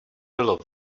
bylo